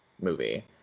movie